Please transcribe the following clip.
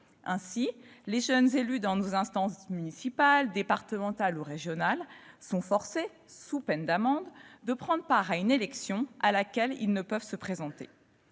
Ainsi les jeunes élus dans nos instances municipales, départementales ou régionales sont forcés, sous peine d'amende, de prendre part à une élection à laquelle ils ne peuvent se présenter.